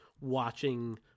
watching